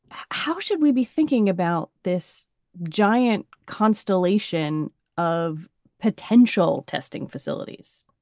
how should we be thinking about this giant constellation of potential testing facilities?